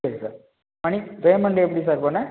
சரி sir money payment எப்படி sir பண்ண